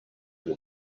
will